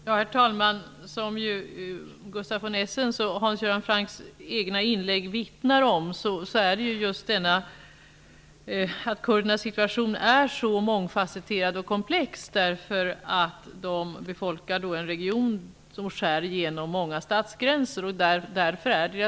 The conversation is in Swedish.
Herr talman! Som Gustaf von Essens och Hans Göran Francks inlägg vittnar om är kurdernas situation så mångfacetterad och komplex, eftersom de befolkar en region som skär igenom många statsgränser.